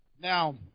Now